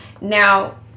now